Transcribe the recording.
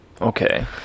Okay